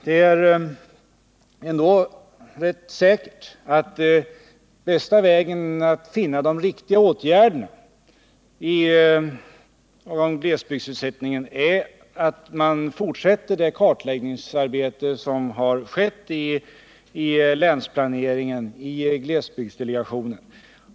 Det är ändå rätt säkert att bästa vägen att finna de riktiga åtgärderna för glesbygdssysselsättningen är att man fortsätter det kartläggningsarbete som har skett i länsplaneringen och i glesbygdsdelegationen.